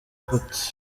gute